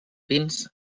pins